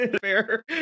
fair